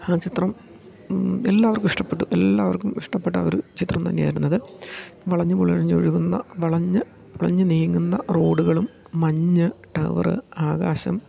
ആ ചിത്രം എല്ലാവർക്കും ഇഷ്ടപ്പെട്ടു എല്ലാവർക്കും ഇഷ്ടപ്പെട്ട ആ ഒരു ചിത്രം തന്നെയായിരുന്നത് വളഞ്ഞ് പുളഞ്ഞ് ഒഴുകുന്ന വളഞ്ഞ് വളഞ്ഞ് നീങ്ങുന്ന റോഡുകളും മഞ്ഞ് ടവറ് ആകാശം